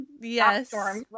Yes